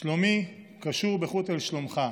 "שלומי קשור בחוט אל שלומך",